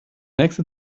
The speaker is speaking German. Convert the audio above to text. nächste